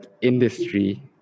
industry